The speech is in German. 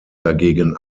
dagegen